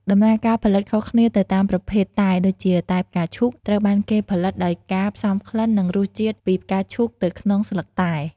ដំណើរការផលិតខុសគ្នាទៅតាមប្រភេទតែ ដូចជា តែផ្កាឈូក ត្រូវបានគេផលិតដោយការផ្សំក្លិននិងរសជាតិពីផ្កាឈូកទៅក្នុងស្លឹកតែ។